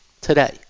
today